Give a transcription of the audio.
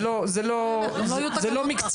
זה לא מקצועי.